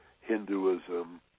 Hinduism